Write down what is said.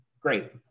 great